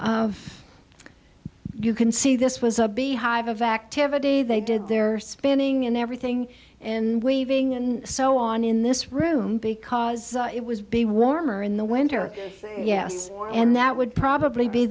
of you can see this was a beehive of activity they did their spinning and everything and weaving and so on in this room because it was be warmer in the winter yes and that would probably be